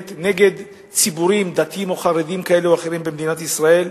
נגד ציבורים דתיים או חרדיים כאלה או אחרים במדינת ישראל,